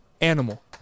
Animal